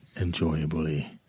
Enjoyably